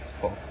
false